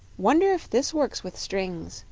wonder if this works with strings,